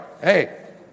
Hey